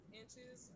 inches